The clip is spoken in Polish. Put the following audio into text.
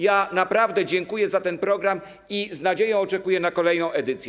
Ja naprawdę dziękuję za ten program i z nadzieją oczekuję na kolejną edycję.